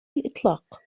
الإطلاق